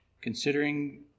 considering